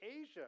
Asia